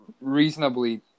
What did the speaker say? reasonably